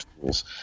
tools